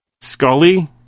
Scully